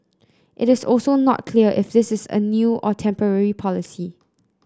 it is also not clear if this is a new or temporary policy